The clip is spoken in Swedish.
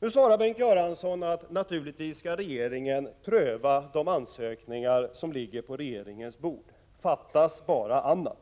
Nu svarar Bengt Göransson att regeringen naturligtvis skall pröva de ansökningar som ligger på regeringens bord. Fattas bara annat!